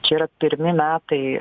čia yra pirmi metai